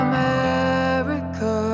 America